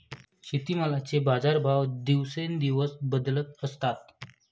शेतीमालाचे बाजारभाव दिवसेंदिवस बदलत असतात